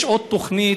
יש עוד תוכנית,